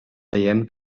veiem